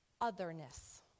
otherness